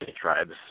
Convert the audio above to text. tribes